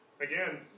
again